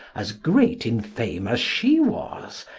as great in fame as she was,